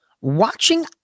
Watching